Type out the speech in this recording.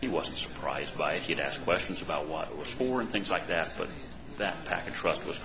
he wasn't surprised by it he'd ask questions about what it was for and things like that but that package trust was